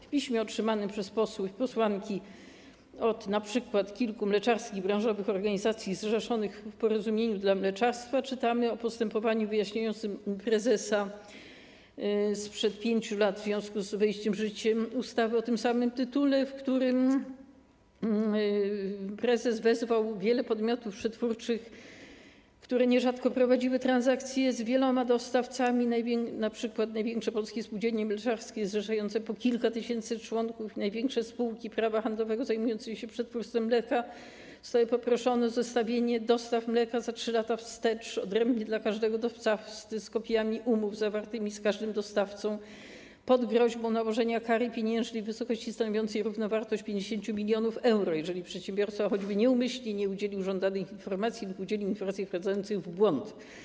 W otrzymanym przez posłów i posłanki piśmie od np. kilku mleczarskich branżowych organizacji zrzeszonych w Porozumieniu dla mleczarstwa czytamy o postępowaniu wyjaśniającym prezesa sprzed 5 lat w związku z wejściem w życie ustawy o tym samym tytule, w którym prezes wezwał wiele podmiotów przetwórczych, które nierzadko prowadziły transakcje z wieloma dostawcami, np. największe polskie spółdzielnie mleczarskie zrzeszające po kilka tysięcy członków, największe spółki prawa handlowego zajmujące się przetwórstwem mleka, do przygotowania i dostarczenia zestawień dostaw mleka za 3 lata wstecz, odrębnie dla każdego dostawcy, z kopiami umów zawartych z każdym dostawcą pod groźbą nałożenia kary pieniężnej w wysokości stanowiącej równowartość 50 mln euro, jeżeli przedsiębiorca choćby nieumyślnie nie udzielił żądanych informacji lub udzielił informacji wprowadzających w błąd.